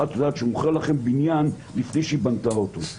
אחת שמוכרת לכם בניין לפני שהיא בנתה אותו.